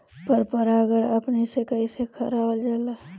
पर परागण अपने से कइसे करावल जाला?